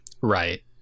Right